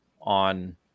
on